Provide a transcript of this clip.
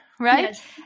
right